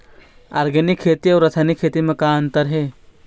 Organic खेती अउ रासायनिक खेती म का अंतर हे?